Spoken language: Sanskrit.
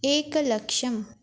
एकलक्षं